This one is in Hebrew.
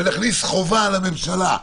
ונכניס חובה לממשלה,